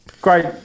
Great